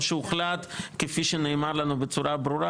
או שהוחלט כפי שנאמר לנו בצורה ברורה